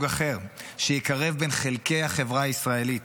אחר שיקרב בין חלקי החברה הישראלית,